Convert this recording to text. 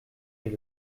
est